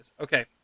Okay